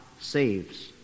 saves